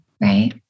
Right